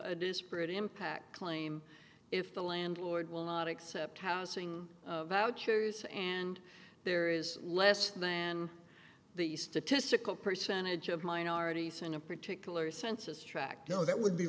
a disparate impact claim if the landlord will not accept housing vouchers and there is less than the statistical percentage of minorities on a particular census track though that would be